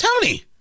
Tony